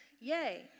Yay